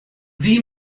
wie